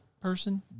person